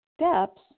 steps